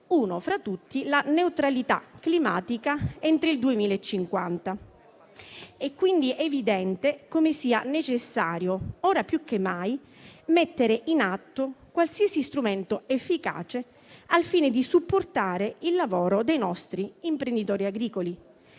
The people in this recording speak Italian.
Uno fra tutti la neutralità climatica entro il 2050. È quindi evidente come sia necessario ora più che mai mettere in atto qualsiasi strumento efficace al fine di supportare il lavoro dei nostri imprenditori agricoli,